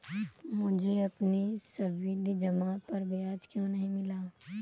मुझे अपनी सावधि जमा पर ब्याज क्यो नहीं मिला?